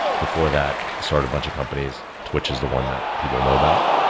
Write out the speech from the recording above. before that, started a bunch of companies. twitch is the one that people know about.